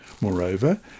Moreover